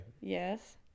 Yes